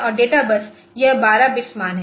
और डेटा बस यह 12 बिट्स मान है